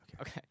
Okay